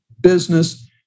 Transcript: business